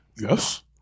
Yes